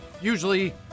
usually